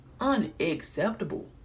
Unacceptable